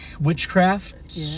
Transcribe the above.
witchcraft